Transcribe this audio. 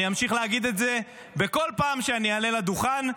אני אמשיך להגיד את זה בכל פעם שאני אעלה לדוכן.